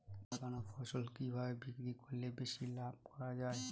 লাগানো ফসল কিভাবে বিক্রি করলে বেশি লাভ করা যায়?